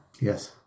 Yes